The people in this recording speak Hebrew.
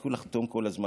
תפסיקו לחתום כל הזמן.